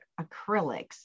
acrylics